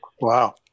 Wow